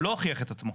לא הוכיח את עצמו.